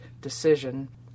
decision